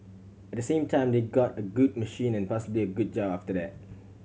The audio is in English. at the same time they got a good machine and possibly a good job after that